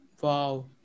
Wow